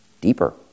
deeper